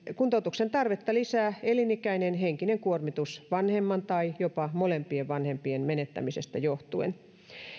kuntoutuksen tarvetta lisää elinikäinen henkinen kuormitus vanhemman tai jopa molempien vanhempien menettämisestä johtuen